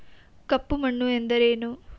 ಕಪ್ಪು ಮಣ್ಣು ಎಂದರೇನು?